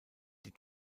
die